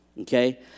Okay